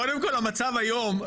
קודם כל הם מייצרים מצב אנטי חוקי היום.